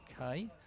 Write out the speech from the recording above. okay